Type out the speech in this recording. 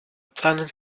planet